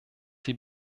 sie